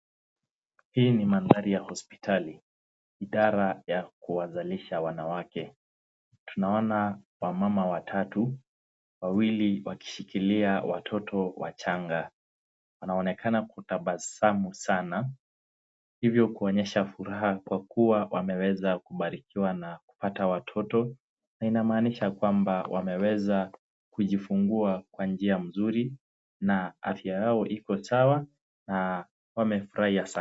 Hii ni mandhari ya hospitali, idara ya kuwazalisha wanawake. Tunaona wamama watatu, wawili wakishikilia watoto wachanga. Wanaonekana kutabasamu sana. Hivyo kuonyesha furaha kwa kuwa wameweza kubarikiwa na kupata watoto na inamaanisha kwamba wameweza kujifungua kwa njia mzuri na afya yao iko sawa na wamefurahia sana.